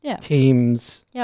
teams